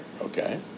okay